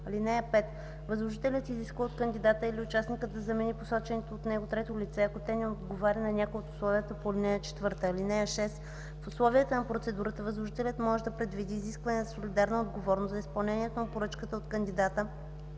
(5) Възложителят изисква от кандидата или участника да замени посоченото от него трето лице, ако то не отговаря на някое от условията по ал. 4. (6) В условията на процедурата възложителят може да предвиди изискване за солидарна отговорност за изпълнението на поръчката от кандидата